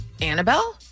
Annabelle